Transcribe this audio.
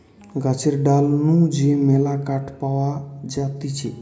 গাছের ডাল নু যে মেলা কাঠ পাওয়া যাতিছে